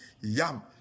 Yum